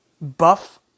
buff